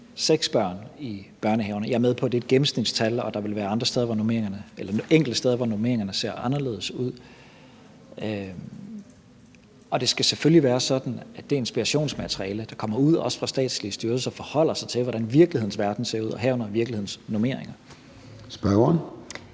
børn i børnehaven, og jeg er med på, at det er et gennemsnitstal, og at der vil være enkelte steder, hvor normeringerne ser anderledes ud. Det skal selvfølgelig være sådan, at det informationsmateriale, der kommer ud også fra statslige styrelser, forholder sig til, hvordan virkelighedens verden ser ud, herunder virkelighedens normeringer. Kl.